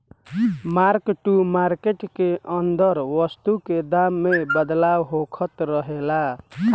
mark to market के अंदर वस्तु के दाम में बदलाव होखत रहेला